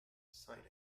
sign